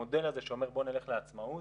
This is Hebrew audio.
המודל הזה שאומר בוא נלך לעצמאות,